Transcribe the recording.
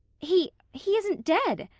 he he isn't dead,